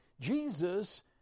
Jesus